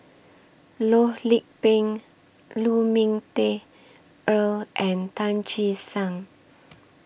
Loh Lik Peng Lu Ming Teh Earl and Tan Che Sang